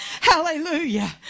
Hallelujah